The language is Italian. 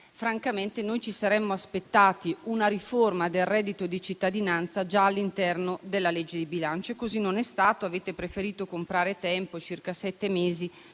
francamente ci saremmo aspettati una riforma del reddito di cittadinanza già all'interno della legge di bilancio. Così non è stato: avete preferito prendere tempo (circa sette mesi)